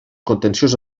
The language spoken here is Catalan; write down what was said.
contenciós